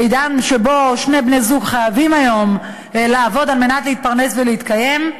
בעידן שבו שני בני-הזוג חייבים היום לעבוד כדי להתפרנס ולהתקיים.